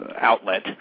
outlet